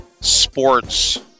sports